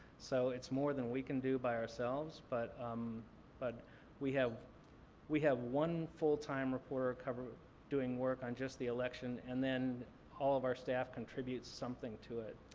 so it's more than we can do by ourselves but um but we have we have one full-time reporter doing work on just the election and then all of our staff contributes something to it.